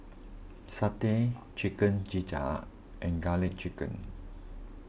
Satay Chicken Gizzard and Garlic Chicken